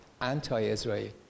anti-Israel